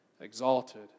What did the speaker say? exalted